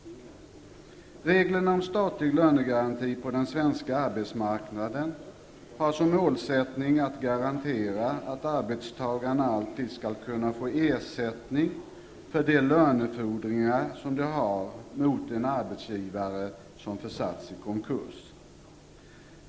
Reglerna om statlig lönegaranti på den svenska arbetsmarknaden har som målsättning att garantera att arbetstagarna alltid skall kunna få ersättning för de lönefordringar som de har mot en arbetsgivare som har försatts i konkurs.